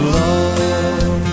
love